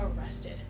arrested